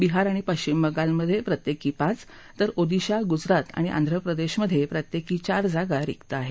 बिहार आणि पक्षिम बंगालमधे पत्येकी पाच तर ओदिशा गुजरात आणि आंध्र प्रदेशमधे प्रत्येकी चार जागा रिक्त आहेत